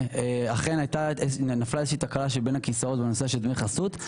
אכן נפלה איזושהי תקלה בין הכיסאות בנושא של דמי חסות.